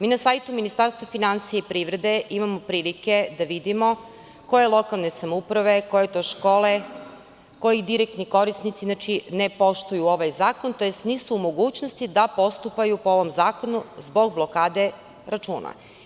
Mi na sajtu Ministarstva finansija i privrede imamo prilike da vidimo koje lokalne samouprave, koje škole, koji direktni korisnici ne poštuju ovaj zakon, tj. nisu u mogućnosti da postupaju po ovom zakonu zbog blokade računa.